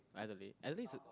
Adelaide Adelaide is a